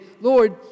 Lord